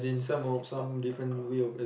sepak-takraw